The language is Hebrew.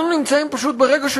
אנחנו נמצאים פשוט ברגע של